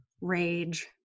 rage